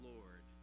Lord